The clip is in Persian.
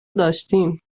داشتیم